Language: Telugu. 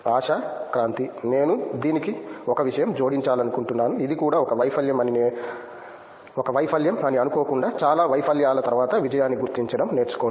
ఆశా క్రాంతి నేను దీనికి ఒక విషయం జోడించాలనుకుంటున్నాను ఇది కూడా ఒక వైఫల్యం అని అనుకోకుండా చాలా వైఫల్యాల తర్వాత విజయాన్ని గుర్తించడం నేర్చుకోండి